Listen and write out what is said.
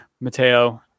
Mateo